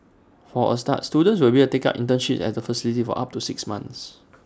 for A start students will be able to take up internships at the facility for up to six months